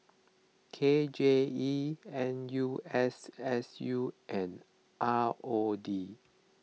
K J E N U S S U and R O D